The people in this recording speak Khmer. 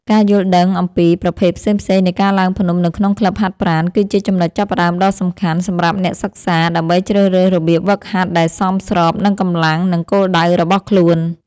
ការយល់ដឹងអំពីប្រភេទផ្សេងៗនៃការឡើងភ្នំនៅក្នុងក្លឹបហាត់ប្រាណ គឺជាចំណុចចាប់ផ្ដើមដ៏សំខាន់សម្រាប់អ្នកសិក្សា ដើម្បីជ្រើសរើសរបៀបហ្វឹកហាត់ដែលសមស្របនឹងកម្លាំង និងគោលដៅរបស់ខ្លួន។